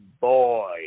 boy